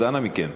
אז אנא מכם.